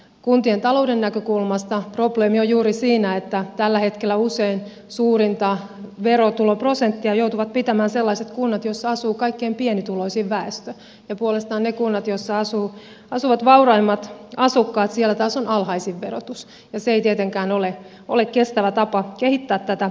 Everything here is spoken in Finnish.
kuntien talouden näkökulmasta probleemi on juuri siinä että tällä hetkellä usein suurinta verotuloprosenttia joutuvat pitämään sellaiset kunnat joissa asuu kaikkein pienituloisin väestö ja puolestaan niissä kunnissa joissa asuvat vauraimmat asukkaat taas on alhaisin verotus ja se ei tietenkään ole kestävä tapa kehittää tätä yhteiskuntaa